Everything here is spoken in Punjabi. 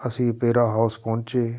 ਅਸੀਂ ਅਪੇਰਾ ਹਾਊਸ ਪਹੁੰਚੇ